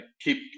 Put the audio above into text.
keep